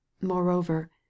moreover